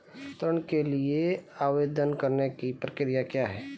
ऋण के लिए आवेदन करने की प्रक्रिया क्या है?